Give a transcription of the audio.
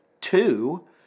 Two